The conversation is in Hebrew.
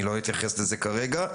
לא אתייחס לזה כרגע.